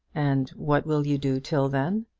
and what will you do till then?